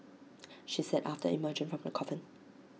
she said after emerging from the coffin